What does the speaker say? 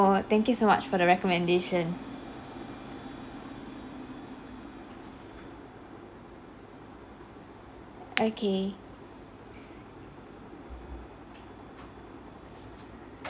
thank you so much for the recommendation okay